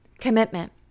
commitment